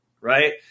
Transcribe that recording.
right